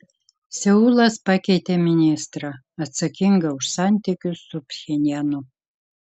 seulas pakeitė ministrą atsakingą už santykius su pchenjanu